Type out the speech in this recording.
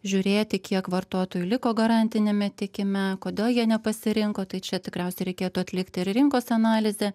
žiūrėti kiek vartotojų liko garantiniame tiekime kodėl jie nepasirinko tai čia tikriausiai reikėtų atlikti ir rinkos analizę